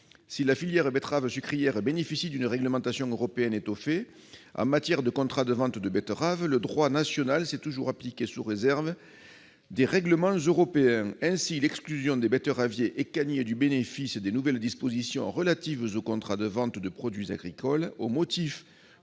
Si la filière de la betterave sucrière bénéficie d'une réglementation européenne étoffée, en matière de contrats de vente de betteraves, le droit national s'est toujours appliqué sous réserve des règlements européens. Ainsi, l'exclusion des betteraviers et canniers du bénéfice des nouvelles dispositions relatives aux contrats de vente de produits agricoles, au motif